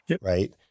right